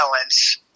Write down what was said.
balance